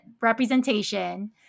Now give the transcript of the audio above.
representation